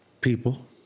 People